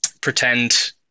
pretend